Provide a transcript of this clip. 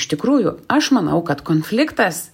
iš tikrųjų aš manau kad konfliktas